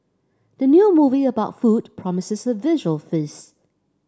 the new movie about food promises a visual feast